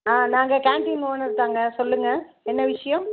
ஆ நாங்கள் canteen owner தான்ங்க சொல்லுங்கள் என்ன விஷயம்